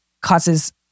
causes